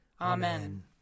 Amen